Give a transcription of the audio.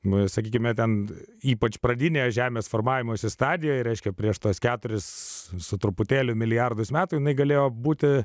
na sakykime ten ypač pradinėje žemės formavimosi stadijoje reiškia prieš tuos keturis su truputėliu milijardus metų jinai galėjo būti